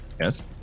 Yes